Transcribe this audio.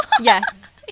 Yes